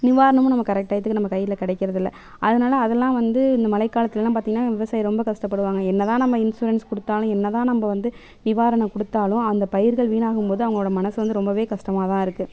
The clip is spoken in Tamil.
நிவாரணமும் நமக்கு கரெக்டாக டயத்துக்கு நம்ம கையில் கிடைக்குறதுல்ல அதனால் அதெல்லாம் வந்து இந்த மழைக்காலத்திலலாம் பார்த்தீங்கன்னா விவசாயி ரொம்ப கஷ்டப்படுவாங்க என்னதான் நம்ம இன்சூரன்ஸ் நம்ம கொடுத்தாலும் என்னதான் நம்ம வந்து நிவாரணம் கொடுத்தாலும் அந்த பயிர்கள் வீணாகும்போது அவங்களோட மனது வந்து ரொம்ப கஷ்டமாக தான் இருக்கு